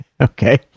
Okay